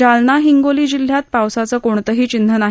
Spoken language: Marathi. जालना हिंगोली जिल्ह्यात पावसाचं कोणतंही चिन्ह नाही